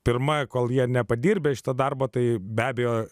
pirma kol jie nepadirbę šito darbo tai be abejo